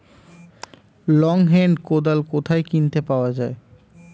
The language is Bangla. লং হেন্ড কোদাল কোথায় কিনতে পাওয়া যায়?